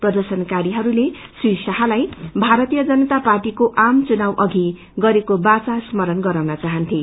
प्रर्दशनकारीहरूले श्री यााहलाई भारतीय जनता पार्टीको आम चुनाव अधि गरेको वाचालाई स्मरण गराउन चाहन्चे